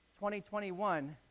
2021